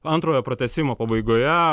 antrojo pratęsimo pabaigoje